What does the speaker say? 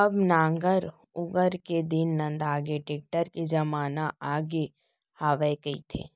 अब नांगर ऊंगर के दिन नंदागे, टेक्टर के जमाना आगे हवय कहिथें